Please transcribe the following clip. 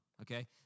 okay